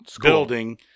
building-